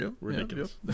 Ridiculous